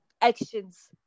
actions